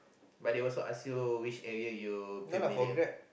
but they'll also ask you with area you familiar